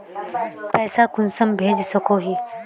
पैसा कुंसम भेज सकोही?